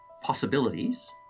possibilities